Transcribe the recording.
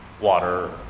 water